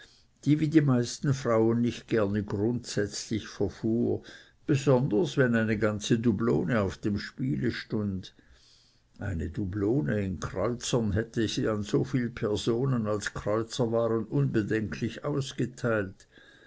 die wie die meisten frauen nicht gerne grundsätzlich verfuhr besonders wenn eine ganze dublone auf dem spiele stund eine dublone in kreuzern hätte sie an so viel personen als kreuzer waren unbedenklich ausgeteilt